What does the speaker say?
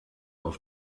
auf